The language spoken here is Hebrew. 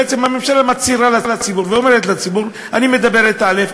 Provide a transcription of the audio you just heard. בעצם הממשלה מצהירה ואומרת לציבור: אני מדברת א',